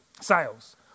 Sales